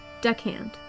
deckhand